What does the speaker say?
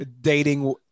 dating